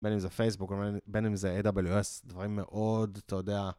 בין אם זה פייסבוק או בין אם זה AWS, דברים מאוד, אתה יודע.